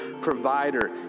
provider